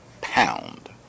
pound